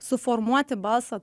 suformuoti balsą